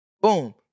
Boom